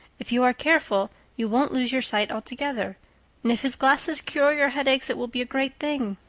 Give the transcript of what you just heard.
if you are careful you won't lose your sight altogether and if his glasses cure your headaches it will be a great thing.